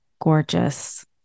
gorgeous